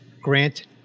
Grant